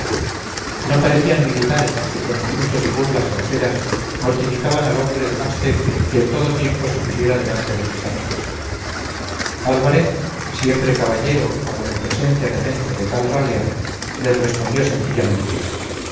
no parecían militares los que con insultos y burlas groseras mortificaban al hombre de más temple que en todo tiempo se pusiera delante de sus armas álvarez siempre caballero aun en presencia de gente de tal ralea les respondió sencillamente